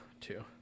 two